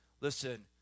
listen